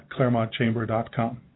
clermontchamber.com